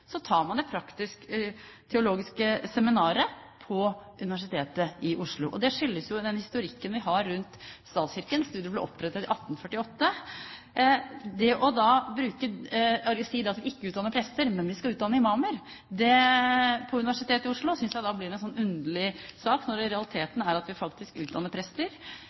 historikken vi har rundt statskirken. Studiet ble opprettet i 1848. Det da å si at vi ikke utdanner prester, men at vi skal utdanne imamer på Universitetet i Oslo, synes jeg blir en underlig sak når realiteten er at vi faktisk utdanner prester.